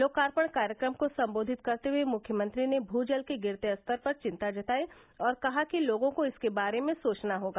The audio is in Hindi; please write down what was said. लोकार्पण कार्यक्रम को सम्बोधित करते हुये मुख्यमंत्री ने भू जल के गिरते स्तर पर चिन्ता जताई और कहा कि लोगों को इसके बारे में सोचना होगा